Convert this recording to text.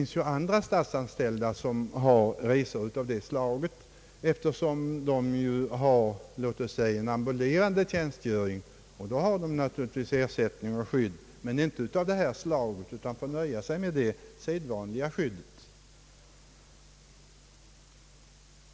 Statsanställda med Iåt oss säga en ambulerande tjänstgöring har naturligtvis ersättning och skydd, men inte av motsvarande slag. De får nöja sig med det sedvanliga skyddet.